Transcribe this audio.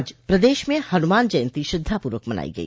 आज प्रदेश में हनुमान जयन्ती श्रद्धा पूर्वक मनाई गई